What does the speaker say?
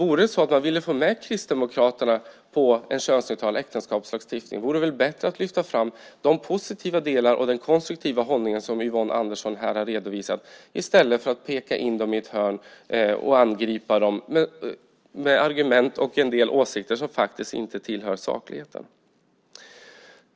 Om man ville få med Kristdemokraterna på en könsneutral äktenskapslagstiftning vore det väl bättre att lyfta fram de positiva delar av den konstruktiva hållning som Yvonne Andersson här har redovisat i stället för att peta in dem i ett hörn och angripa dem med argument och åsikter som inte tillhör sakligheten.